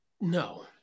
no